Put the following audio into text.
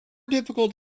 difficult